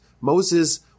Moses